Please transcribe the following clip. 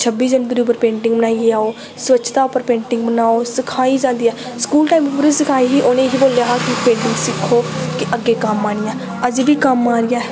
छब्बी जनवरी उप्पर पेंटिंग बनाइयै आओ स्वच्छता उप्पर पेंटिंग बनाओ सखाई जांदी ऐ स्कूल टैम बी सखाई ही उनें एह् बोलेआ हा कि पेंटिंग सिक्खो कि अग्गें कम्म आनी ऐ अज़ें बी कम्म आ दी ऐ